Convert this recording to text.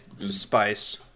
spice